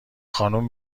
خانوم